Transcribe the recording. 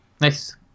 Nice